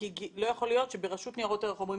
לא יכול להיות שברשות ניירות ערך אומרים